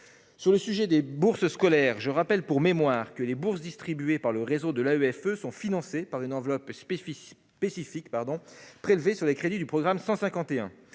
Sur le sujet des bourses scolaires, je rappelle que les bourses distribuées par le réseau de l'AEFE sont financées par une enveloppe spécifique prélevée sur les crédits du programme 151.